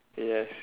yes